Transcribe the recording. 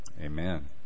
amen